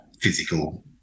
physical